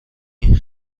این